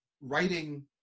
writing